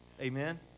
Amen